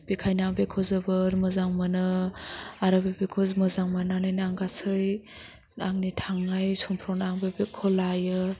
बेखायनो आं बेखौ जोबोर मोजां मोनो आरो बे बेगखौ मोजां मोन्नानैनो आं गासै आंनि थांनाय समफ्रावनो आं बे बेगखौ लायो